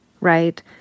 right